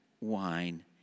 wine